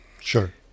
Sure